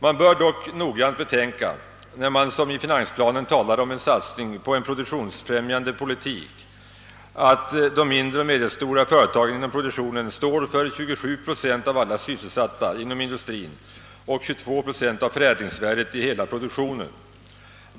Man bör dock noggrant betänka, när man som i finansplanen talar om en satsning på en produktionsbefrämjande politik, att de mindre och medelstora företagen inom produktionen står för 27 procent av alla sysselsatta inom industrin och 22 procent av förädlingsvärdet i hela produktionen.